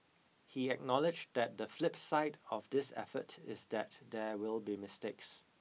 he acknowledged that the flip side of this effort is that there will be mistakes